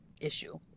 issue